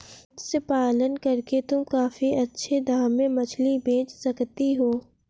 मत्स्य पालन करके तुम काफी अच्छे दाम में मछली बेच सकती हो